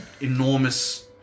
enormous